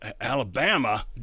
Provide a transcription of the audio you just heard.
alabama